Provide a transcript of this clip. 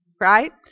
Right